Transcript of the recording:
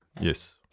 Yes